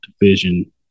division